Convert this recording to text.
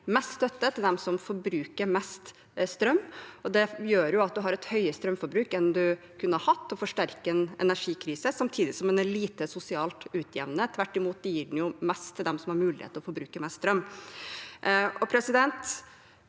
mest støtte til dem som forbruker mest strøm. Det gjør at man har et høyere strømforbruk enn man kunne hatt – og forsterker en energikrise, samtidig som den er lite sosialt utjevnende. Tvert imot gir den mest til dem som har mulighet til å forbruke mest strøm.